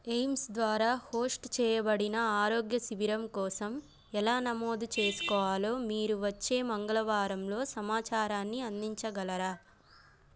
AIIMS ద్వారా host చేయబడిన ఆరోగ్య శిబిరం కోసం ఎలా నమోదు చేసుకోవాలో మీరు వచ్చే మంగళవారంలో సమాచారాన్ని అందించగలరా